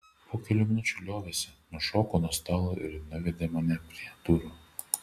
po kelių minučių liovėsi nušoko nuo stalo ir nuvedė mane prie durų